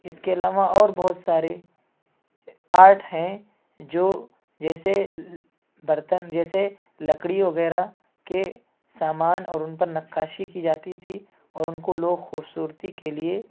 اس کے علاوہ اور بہت سارے آرٹ ہیں جو جیسے برتن جیسے لکڑی وغیرہ کے سامان اور ان پر نقاشی کی جاتی تھی اور ان کو لوگ خوبصورتی کے لیے